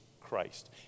Christ